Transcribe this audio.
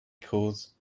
cause